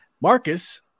Marcus